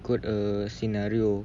code a scenario